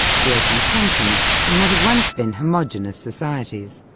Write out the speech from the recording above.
creating tensions in what had once been homogeneous societies.